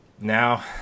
now